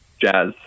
jazz